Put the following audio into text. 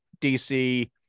dc